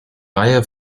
reihe